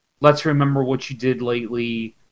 let's-remember-what-you-did-lately